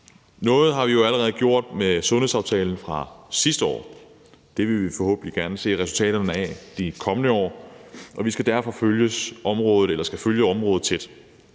Noget har vi jo allerede gjort med sundhedsaftalen fra sidste år; det vil vi forhåbentlig se resultaterne af de kommende år, og vi skal følge området tæt.